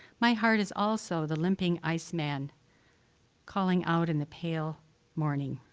my heart is also the limping ice man calling out in the pale morning.